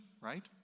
right